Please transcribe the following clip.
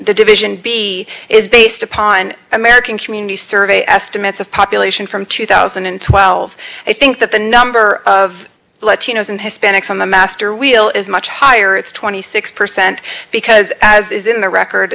the division b is based upon american community survey estimates of population from two thousand and twelve i think that the number of latinos and hispanics on the master wheel is much higher it's twenty six percent because as is in the record